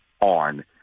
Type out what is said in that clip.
on